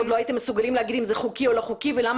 עוד לא הייתם מסוגלים להגיד אם זה חוקי או לא חוקי ולמה